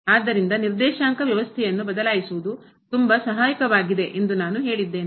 ಆದ್ದರಿಂದ ನಿರ್ದೇಶಾಂಕ ವ್ಯವಸ್ಥೆಯನ್ನು ಬದಲಾಯಿಸುವುದು ತುಂಬಾ ಸಹಾಯಕವಾಗಿದೆ ಎಂದು ನಾನು ಹೇಳಿದ್ದೇನೆ